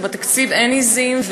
ובתקציב אין עזים,